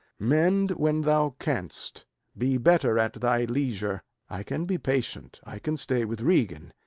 mend when thou canst be better at thy leisure i can be patient, i can stay with regan,